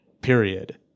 Period